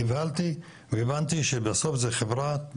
נבהלתי והבנתי שבסוף זה חברת משנה,